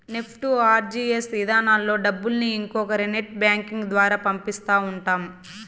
NEFT, RTGS ఇధానాల్లో డబ్బుల్ని ఇంకొకరి నెట్ బ్యాంకింగ్ ద్వారా పంపిస్తా ఉంటాం